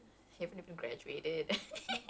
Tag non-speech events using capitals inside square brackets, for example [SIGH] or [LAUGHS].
[LAUGHS] !oof!